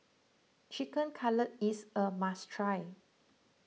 Chicken Cutlet is a must try